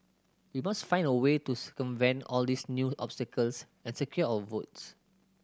we must find a way to circumvent all these new obstacles and secure our votes